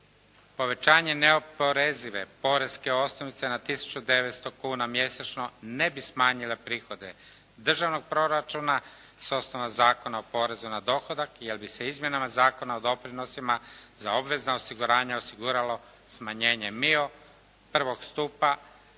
"Povećanje neoporezive poreske osnovice na tisuću 900 kuna mjesečno ne bi smanjila prihode državnog proračuna s osnova Zakona o porezu na dohodak jer bi se izmjenama Zakona o doprinosima za obvezna osiguranja osiguralo smanjenje MIO I. stupa